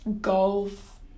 golf